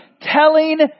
telling